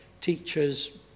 teachers